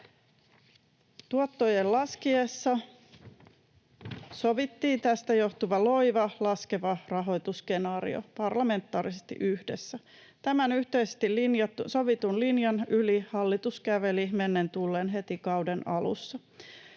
Tuottojen laskiessa sovittiin tästä johtuva, loivasti laskeva rahoituskenaario parlamentaarisesti yhdessä. Tämän yhteisesti sovitun linjan yli hallitus käveli mennen tullen heti kauden alussa.